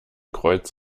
kreuz